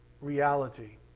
reality